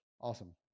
Awesome